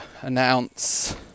announce